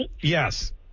Yes